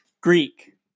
Greek